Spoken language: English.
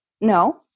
no